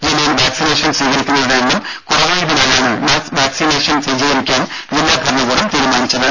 ജില്ലയിൽ വാക്സിനേഷൻ സ്വീകരിക്കുന്നവരുടെ എണ്ണം കുറവായതിനാലാണ് മാസ്സ് വാക്സിനേഷൻ സജ്ജീകരിക്കാൻ ജില്ലാ ഭരണകൂടം തീരുമാനിച്ചത്